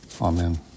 Amen